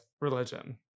religion